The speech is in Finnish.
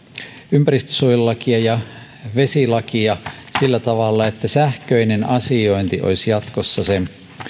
ympäristönsuojelulakia ja vesilakia sillä tavalla että sähköinen asiointi olisi jatkossa se